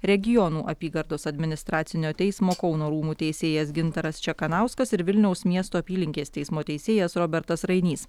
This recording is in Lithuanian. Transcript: regionų apygardos administracinio teismo kauno rūmų teisėjas gintaras čekanauskas ir vilniaus miesto apylinkės teismo teisėjas robertas rainys